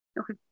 Okay